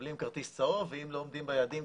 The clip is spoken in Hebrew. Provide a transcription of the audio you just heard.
מקבלים כרטיס צהוב ואם לא עומדים ביעדים,